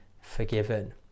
forgiven